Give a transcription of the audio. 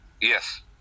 Yes